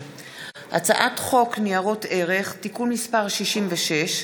הצעת חוק ניירות ערך (תיקון מס' 66),